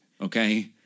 Okay